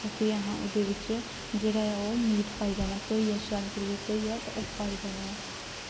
ते फिर असें ओह्दे बिच जेह्ड़ा ओह् मीट पाई लेना धोइयै शैल करियै ओह् पाई देना ते